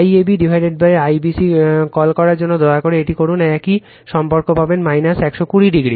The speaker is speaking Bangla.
IABIBC কল করার জন্য দয়া করে এটি করুন একই সম্পর্ক পাবেন 120o